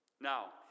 Now